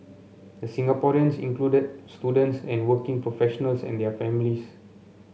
the Singaporeans included students and working professionals and their families